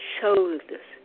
shoulders